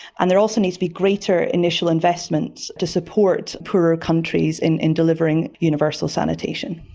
and there also need to be greater initial investments to support poorer countries in in delivering universal sanitation.